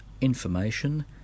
information